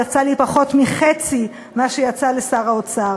יצא לי פחות מחצי ממה שיצא לשר האוצר,